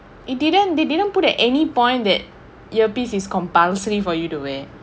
it didn't they didn't put at any point that your piece is compulsory for you to wear